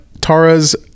Tara's